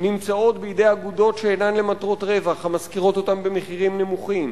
נמצאות בידי אגודות שאינן למטרות רווח המשכירות אותן במחירים נמוכים,